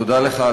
תודה לך,